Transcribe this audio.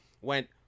went